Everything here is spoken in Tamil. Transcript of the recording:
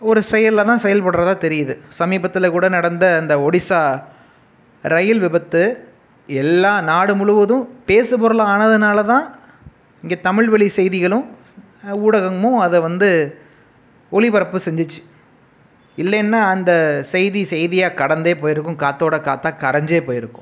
ஒரு செயலில் தான் செயல்படுகிறதா தெரியுது சமீபத்தில் கூட நடந்த இந்த ஒடிசா ரயில் விபத்து எல்லா நாடு முழுவதும் பேசு பொருளாக ஆனதினால தான் இங்கே தமிழ்வழி செய்திகளும் ஊடகமும் அதை வந்து ஒலிபரப்பு செஞ்சிச்சு இல்லைனா அந்த செய்தி செய்தியாக கடந்து போயிருக்கும் காற்றோட காற்றா கரைஞ்சே போயிருக்கும்